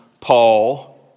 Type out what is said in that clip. Paul